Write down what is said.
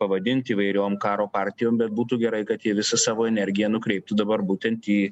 pavadinti įvairiom karo partijom bet būtų gerai kad jie visą savo energiją nukreiptų dabar būtent į